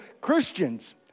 Christians